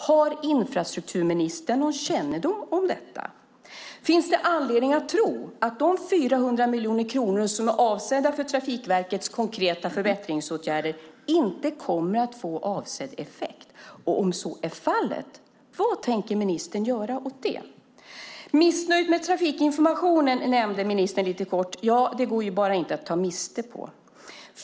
Har infrastrukturministern någon kännedom om detta? Finns det anledning att tro att de 400 miljoner kronor som är avsedda för Trafikverkets konkreta förbättringsåtgärder inte kommer att få avsedd effekt? Om så är fallet, vad tänker ministern göra åt det? Ministern nämnde lite kort att man var missnöjd med trafikinformationen. Det går bara inte att ta miste på.